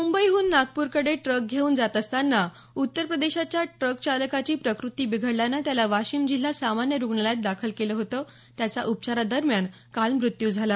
मुंबईहून नागपूर कडे ट्रक घेऊन जात असतांना उत्तरप्रदेशच्या ट्रक चालकाची प्रकृती बिघडल्यानं त्याला वाशिम जिल्हा सामान्य रुग्णालयात दाखल केलं होतं त्याचा उपचारादरम्यान काल मृत्यू झाला